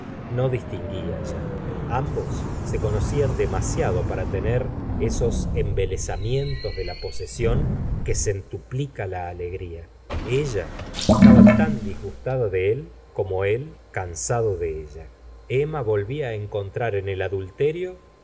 no distin guía ya ambos se conocían demasiado para tener esos embelesamientos de la posesión que centuplica la alegría ella estaba tan disgustada de él como él cansado de ella emma volvía á encontrar en el adulterio